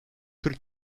kırk